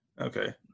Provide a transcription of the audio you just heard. Okay